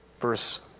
verse